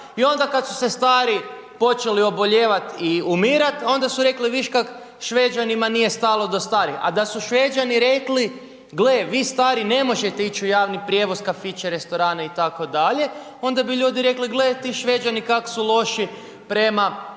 I onda kada su stari počeli obolijevat i umirat onda su rekli viš kak Šveđanima nije stalo do starih. A da su Šveđani rekli gle vi stari ne možete ići u javni prijevoz, kafiće, restorane itd. onda bi ljudi rekli gle ti Šveđani kak su loši prema